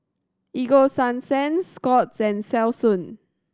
Ego Sunsense Scott's and Selsun